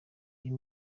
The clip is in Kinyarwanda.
uyu